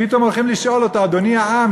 פתאום הולכים לשאול אותו: אדוני העם,